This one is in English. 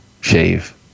shave